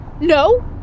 no